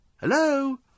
Hello